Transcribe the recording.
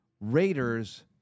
Raiders